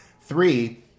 Three